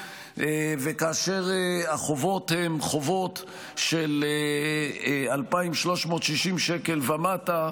כאשר החובות הם של 2,360 שקל ומטה,